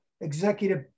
executive